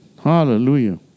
Hallelujah